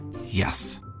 Yes